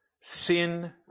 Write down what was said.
Sin